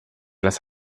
las